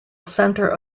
centre